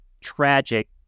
tragic